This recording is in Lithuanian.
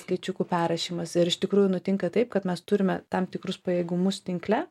skaičiukų perrašymas ir iš tikrųjų nutinka taip kad mes turime tam tikrus pajėgumus tinkle